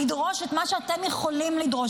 לדרוש את מה שאתם יכולים לדרוש,